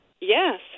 Yes